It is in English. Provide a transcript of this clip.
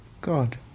god